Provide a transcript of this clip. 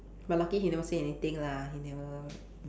but lucky he never say anything lah he never